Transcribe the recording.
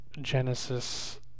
Genesis